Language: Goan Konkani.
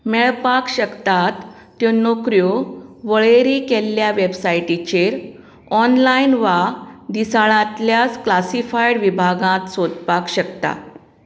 मेळपाक शकतात त्यो नोकऱ्यो वळेरी केल्ल्या वॅबसायटींचेर ऑनलायन वा दिसाळ्यांतल्या क्लासिफायड विभागांत सोदपाक शकता